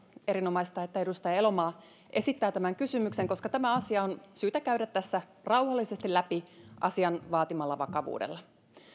erinomaista että edustaja elomaa esittää tämän kysymyksen koska tämä asia on syytä käydä tässä rauhallisesti läpi asian vaatimalla vakavuudella